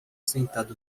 sentado